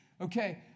Okay